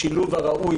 השילוב הראוי,